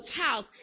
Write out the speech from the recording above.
house